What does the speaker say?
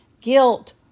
guilt